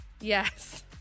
Yes